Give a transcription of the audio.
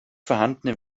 vorhandene